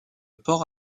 port